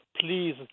please